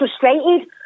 frustrated